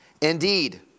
Indeed